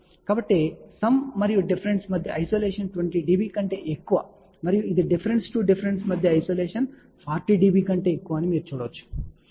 కాబట్టి సమ్ మరియు డిఫరెన్స్ మధ్య ఐసోలేషన్ 20 dB కంటే ఎక్కువ మరియు ఇది డిఫరెన్స్ టు డిఫరెన్స్ మధ్య ఐసోలేషన్ 40 dB కంటే ఎక్కువ ఉందని మీరు చూడవచ్చు